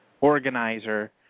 organizer